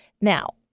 Now